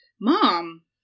Mom